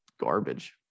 garbage